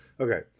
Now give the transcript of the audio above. Okay